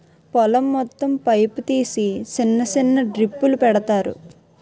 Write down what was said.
పొలం మొత్తం పైపు తీసి సిన్న సిన్న డ్రిప్పులు పెడతారు